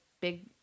big